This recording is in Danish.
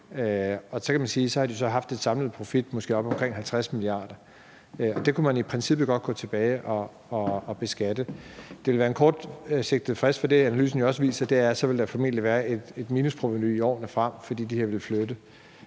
kr. Man kan sige, at de så har haft en samlet profit på måske oppe omkring 50 mia. kr., og det kunne man i princippet godt gå tilbage og beskatte. Det ville være en kortsigtet frist, for det, analysen jo også viser, er, at der formentlig så ville være et minusprovenu i årene frem, fordi de her ville flytte.